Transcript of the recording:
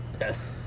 Yes